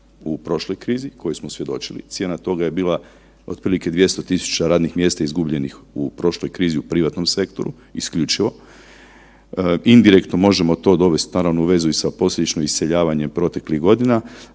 u prošloj krizi kojoj smo svjedočili. Cijena toga je bila otprilike 200.000 radnih mjesta izgubljenih u prošloj krizi u privatnom sektoru isključivo. Indirektno to možemo dovesti naravno i u vezi i sa posljedično iseljavanjem proteklih godina,